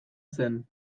zen